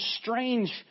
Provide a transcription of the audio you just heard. strange